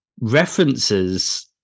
references